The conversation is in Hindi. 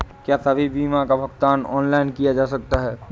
क्या सभी बीमा का भुगतान ऑनलाइन किया जा सकता है?